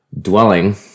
dwelling